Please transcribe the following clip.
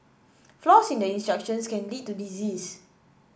flaws in the instructions can lead to disease